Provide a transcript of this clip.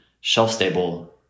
shelf-stable